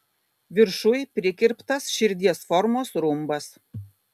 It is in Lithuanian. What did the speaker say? viršuj prikirptas širdies formos rumbas